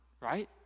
right